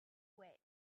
wit